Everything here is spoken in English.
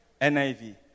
NIV